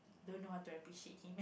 don't know how to appreciate him